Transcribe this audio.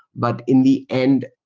but in the end,